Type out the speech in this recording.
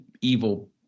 evil